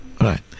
right